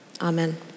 Amen